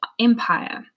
empire